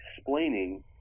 explaining